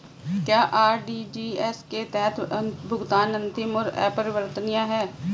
क्या आर.टी.जी.एस के तहत भुगतान अंतिम और अपरिवर्तनीय है?